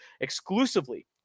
exclusively